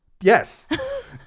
yes